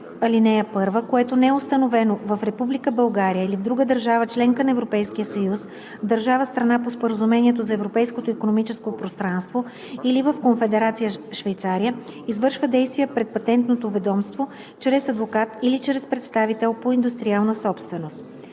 ал. 1, което не е установено в Република България или в друга държава – членка на Европейския съюз, в държава – страна по Споразумението за Европейското икономическо пространство, или в Конфедерация Швейцария, извършва действия пред Патентното ведомство чрез адвокат или чрез представител по индустриална собственост.